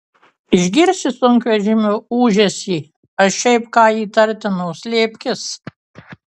išgirsi sunkvežimio ūžesį ar šiaip ką įtartino slėpkis